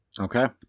Okay